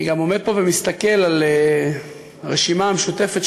אני גם עומד פה ומסתכל על הרשימה המשותפת,